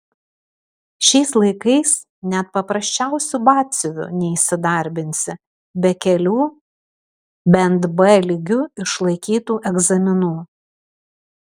šiais laikais net paprasčiausiu batsiuviu neįsidarbinsi be kelių bent b lygiu išlaikytų egzaminų